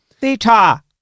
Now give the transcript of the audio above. Theta